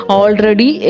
already